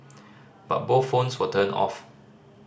but both phones were turned off